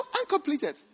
uncompleted